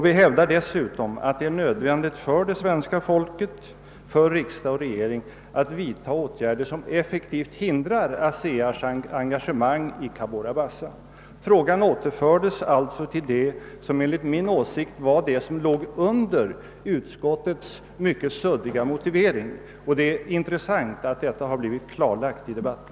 Vi hävdar dessutom att det är nödvändigt för det svenska folket, för riksdagen och regeringen att vidta åtgärder vilka effektivt hindrar ASEA:s engagemang i Cabora Bassa. Frågan återfördes alltså till det som enligt min mening låg under utskottets mycket suddiga motivering, och det är intressant att detta nu har blivit klarlagt i debatten.